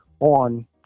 on